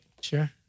Sure